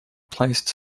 placed